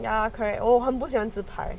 ya correct 我很不喜欢自拍